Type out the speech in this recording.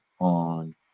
on